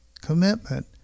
commitment